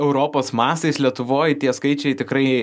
europos mastais lietuvoj tie skaičiai tikrai